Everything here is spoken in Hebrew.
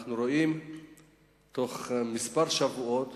ואנחנו רואים שבתוך כמה שבועות